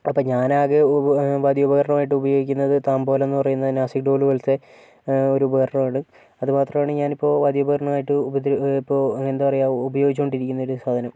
അപ്പം ഞാനാകെ വാദ്യോപകരണമായിട്ട് ഉപയോഗിക്കുന്നത് താംബോല എന്ന് പറയുന്ന നാസിക്ഡോല് പോലത്തെ ഒരു ഉപകരണമാണ് അത് മാത്രമാണ് ഞാനിപ്പോൾ വാദ്യോപകരണമായിട്ട് ഉപദ്ര ഇപ്പോൾ എന്താ പറയുക ഉപയോഗിച്ചുകൊണ്ടിരിക്കുന്ന ഒരു സാധനം